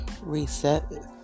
reset